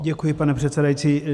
Děkuji, pane předsedající.